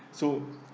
so